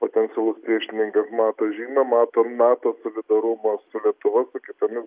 potencialus priešininkas mato žymę mato nato solidarumą su lietuva su kitomis